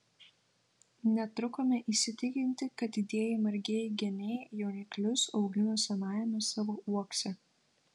netrukome įsitikinti kad didieji margieji geniai jauniklius augino senajame savo uokse